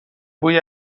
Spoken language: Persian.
بوی